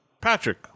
Patrick